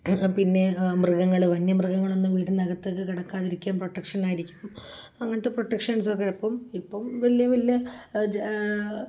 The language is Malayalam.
പിന്നെ മൃഗങ്ങള് വന്യ മൃഗങ്ങളൊന്നും വീടിനകത്തേക്കു കടക്കാതിരിക്കാൻ പ്രൊട്ടക്ഷനായിരിക്കും അങ്ങനത്തെ പ്രൊട്ടക്ഷൻസൊക്കെ അപ്പോള് ഇപ്പോള് വലിയ വലിയ